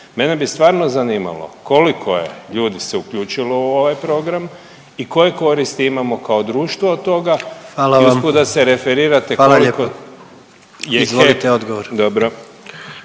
Mene bi stvarno zanimalo koliko je ljudi se uključilo u ovaj program i koje koristi imamo kao društvo od toga …/Upadica: Hvala vam./… i usput da se